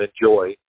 enjoy